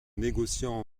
négociants